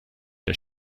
der